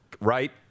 Right